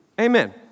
Amen